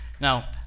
Now